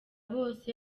bose